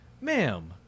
Ma'am